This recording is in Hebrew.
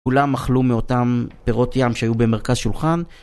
כולם אכלו מאותם פירות ים שהיו במרכז שולחן.